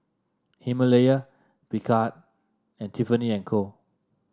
Himalaya Picard and Tiffany And Co